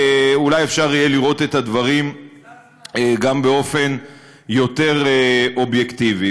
אולי אפשר יהיה לראות את הדברים גם באופן יותר אובייקטיבי.